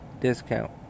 discount